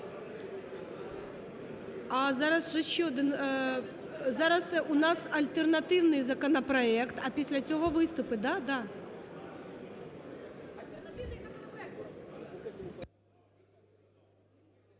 А зараз же ще один, зараз у нас альтернативний законопроект, а після цього – виступи. Да,